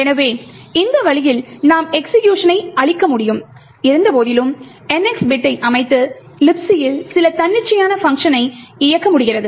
எனவே இந்த வழியில் நாம் எக்ஸிகியூக்ஷனை அழிக்க முடியும் இருந்தபோதிலும் NX பிட்டை அமைத்து Libc யில் சில தன்னிச்சையான பங்க்ஷனை இயக்க முடிகிறது